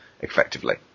effectively